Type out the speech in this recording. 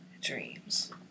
Dreams